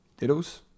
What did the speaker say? Diddles